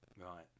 Right